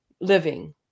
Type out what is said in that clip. living